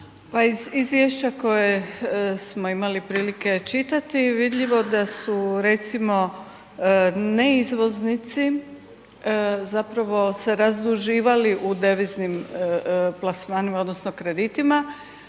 iz izvješća koje smo imali prilike čitati vidljivo da su recimo ne izvoznici zapravo se razduživali u deviznim plasmanima odnosno kreditima